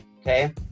Okay